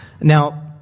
Now